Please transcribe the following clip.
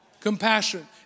Compassion